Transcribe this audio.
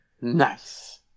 Nice